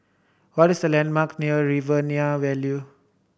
what is the landmark near Riverina value